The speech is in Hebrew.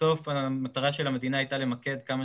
בסוף המטרה של המדינה הייתה למקד כמה